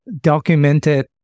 documented